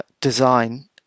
design